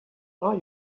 are